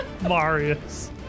marius